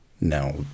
now